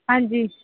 ਹਾਂਜੀ